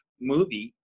movie